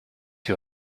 you